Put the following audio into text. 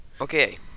Okay